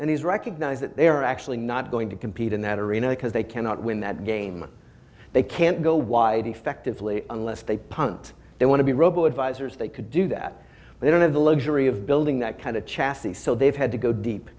and he's recognized that they are actually not going to compete in that arena because they cannot win that game they can't go wide effectively unless they punt they want to be robo advisors they could do that they don't have the luxury of building that kind of chassis so they've had to go deep